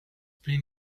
been